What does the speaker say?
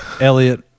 Elliot